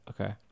okay